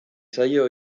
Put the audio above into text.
zaio